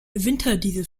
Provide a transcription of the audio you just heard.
winterdiesel